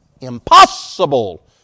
impossible